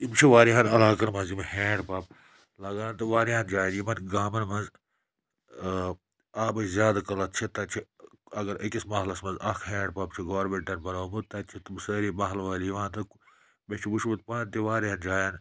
یِم چھِ واریاہَن علاقَن منٛز یِم ہینٛڈ پَمپ لَگان تہٕ واریاہَن جایَن یِمَن گامَن منٛز ٲں آبٕچۍ زیادٕ قٕلت چھِ تَتہِ چھِ اگر أکِس محلَس منٛز اَکھ ہینٛڈ پَمپ چھُ گورمِنٹَن بَنوومُت تَتہِ چھِ تِم سٲری محلہٕ وٲلۍ یِوان تہٕ مےٚ چھُ وُچھمُت پانہٕ تہِ واریاہَن جایَن